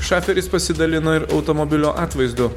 šaferis pasidalino ir automobilio atvaizdu